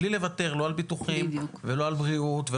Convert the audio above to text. בלי לוותר לא על ביטוחים ולא על בריאות.